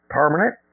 permanent